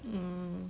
mm